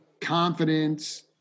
confidence